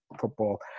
football